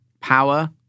power